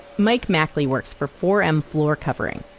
mike mackley works for four m floor covering.